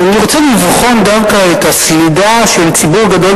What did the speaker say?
אבל אני רוצה לבחון דווקא את הסלידה של ציבור גדול